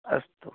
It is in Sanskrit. अस्तु